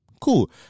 Cool